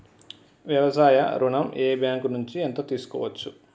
వ్యవసాయ ఋణం ఏ బ్యాంక్ నుంచి ఎంత తీసుకోవచ్చు?